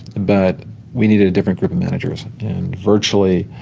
but we needed a different group of managers, and virtually,